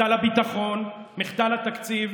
מחדל הביטחון, מחדל התקציב.